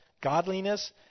godliness